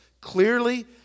clearly